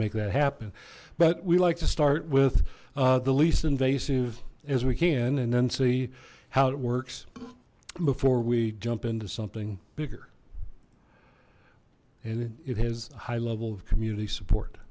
make that happen but we like to start with the least invasive as we can and then see how it works before we jump into something bigger and it has a high level of community support